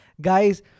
Guys